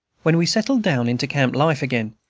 when we settled down into camp-life again,